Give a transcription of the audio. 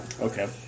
Okay